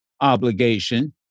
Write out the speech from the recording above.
obligation